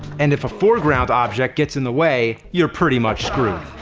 and if a foreground object gets in the way, you're pretty much screwed.